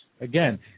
Again